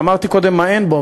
אמרתי קודם מה אין בו,